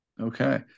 Okay